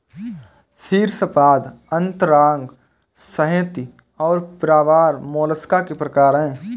शीर्शपाद अंतरांग संहति और प्रावार मोलस्का के प्रकार है